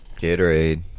Gatorade